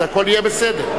אז הכול יהיה בסדר.